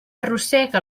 arrossega